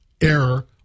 error